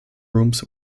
rooms